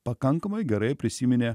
pakankamai gerai prisiminė